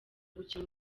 gukina